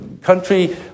country